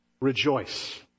rejoice